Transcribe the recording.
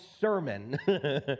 sermon